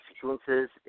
sequences